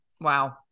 Wow